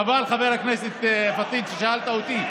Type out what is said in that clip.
חבל, חבר הכנסת פטין, ששאלת אותי.